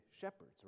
shepherds